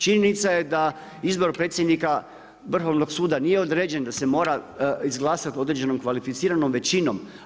Činjenica je da izbor predsjednika Vrhovnog suda nije određen, da se mora izglasati određenom kvalificiranom većinom.